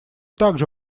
также